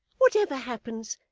whatever happens,